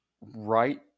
right